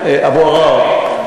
אבו עראר,